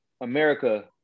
America